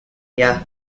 yeah